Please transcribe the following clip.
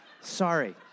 Sorry